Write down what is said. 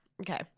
okay